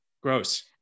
Gross